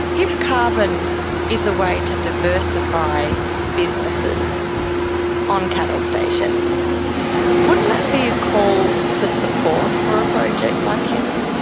if carbon is a way to diversify businesses on cattle stations wouldn't that be a call for support for a project like henbury?